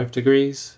degrees